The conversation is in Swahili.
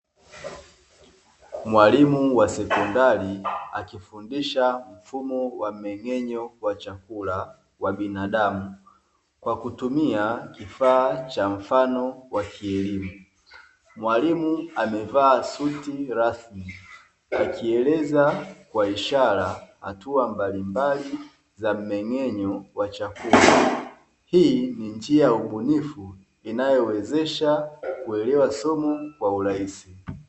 Mwalimu wa sekondari akifundisha mfumo wa mmeng'enyo wa chakula wa binadamu kwa kutumia kifaa cha mfano wa kielimu. Mwalimu amevaa suti rasmi akieleza kwa ishara hatua mbalimbali za mmeng'enyo wa chakula. Hii ni njia ya ubunifu inayowezesha kuelewa somo kwa urahisi.